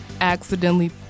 accidentally